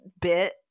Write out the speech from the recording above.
bit